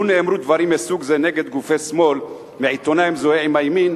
לו נאמרו דברים מסוג זה נגד גופי שמאל מעיתונאי המזוהה עם הימין,